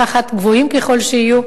גבוהים ככל שיהיו,